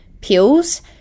pills